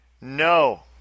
no